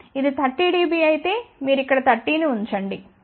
ఇది 30 డిబి అయితే మీరు ఇక్కడ 30 ని ఉంచండి